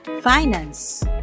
finance